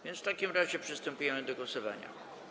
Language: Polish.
W takim razie przystępujemy do głosowania.